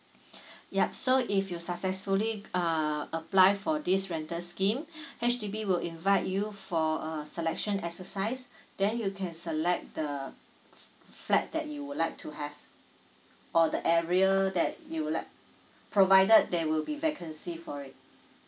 yup so if you successfully uh apply for this rental scheme H_D_B will invite you for a selection exercise then you can select the f~ flat that you would like to have or the area that you would like provided there will be vacancy for it